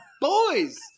boys